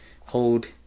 hold